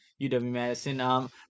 UW-Madison